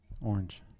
Orange